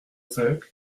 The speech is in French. cinq